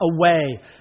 away